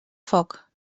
foc